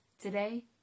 today